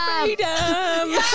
Freedom